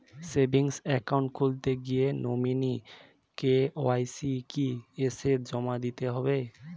Savings account খুলতে গিয়ে nominee KYC কি এসে জমা দিতে হবে?